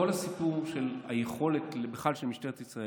כל הסיפור של היכולת בכלל של משטרת ישראל